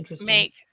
make